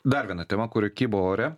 dar viena tema kuri kybo ore